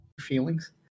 feelings